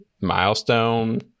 Milestone